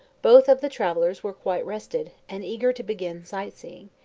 both of the travellers were quite rested, and eager to begin sight-seeing,